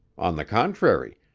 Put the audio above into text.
on the contrary,